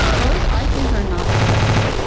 those, i think, are not productive.